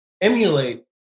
emulate